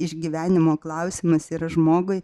išgyvenimo klausimas yra žmogui